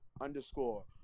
underscore